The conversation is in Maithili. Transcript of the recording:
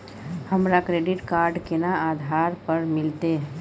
हमरा क्रेडिट कार्ड केना आधार पर मिलते?